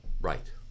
Right